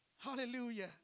Hallelujah